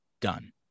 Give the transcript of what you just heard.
done